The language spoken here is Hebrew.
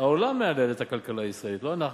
העולם מהלל את הכלכלה הישראלית, לא אנחנו.